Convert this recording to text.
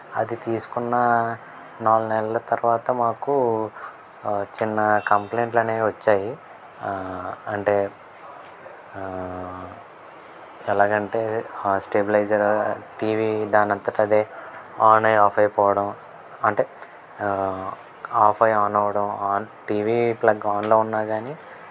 అది తీసుకున్న నాలుగు నెలల తర్వాత మాకు చిన్న కంప్లైంట్ అనేవి వచ్చాయి అంటే ఎలాగంటే ఆ స్టెబిలైజరు టీవీ దాని అంతట అదే ఆన్ అయ్యి ఆఫ్ అయిపోవడం అంటే ఆఫ్ అయ్యి ఆన్ అవడం ఆన్ టీవీ ప్లగ్ ఆన్లో ఉన్నా కానీ